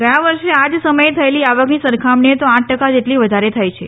ગયા વર્ષે આ જ સમયે થયેલી આવકની સરખામણીએ તે આઠ ટકા જેટલી વધારે થઇ છે